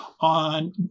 on